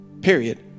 Period